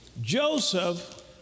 Joseph